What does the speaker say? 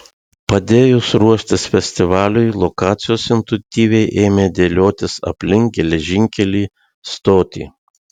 padėjus ruoštis festivaliui lokacijos intuityviai ėmė dėliotis aplink geležinkelį stotį